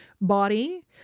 body